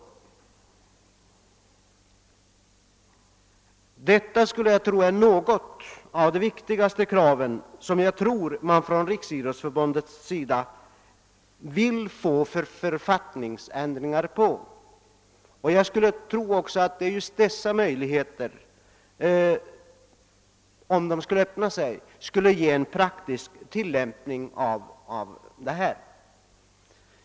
Detta är, skulle jag tro, några av de viktigaste punkter på vilka Riksidrottsförbundet vill få författningsändringar. Just ett öppnande av sådana möjligheter skulle vara en praktisk lösning av problemen.